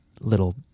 little